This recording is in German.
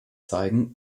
zeigen